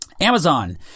Amazon